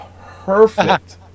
perfect